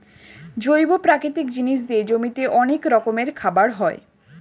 জৈব প্রাকৃতিক জিনিস দিয়ে জমিতে অনেক রকমের খাবার হয়